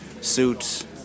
suits